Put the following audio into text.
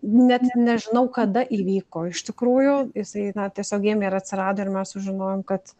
net nežinau kada įvyko iš tikrųjų jisai na tiesiog ėmė ir atsirado ir mes sužinojom kad